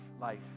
life